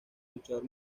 luchador